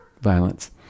violence